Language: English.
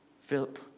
Philip